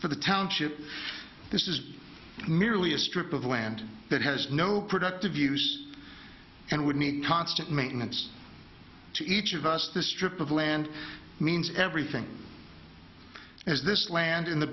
for the township this is merely a strip of land that has no productive use and would need constant maintenance to each of us the strip of land means everything as this land in the